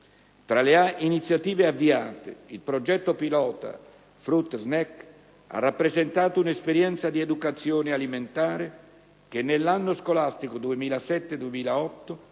Tra le iniziative avviate, il progetto pilota "frutta snack" ha rappresentato un'esperienza di educazione alimentare, che nell'anno scolastico 2007-2008,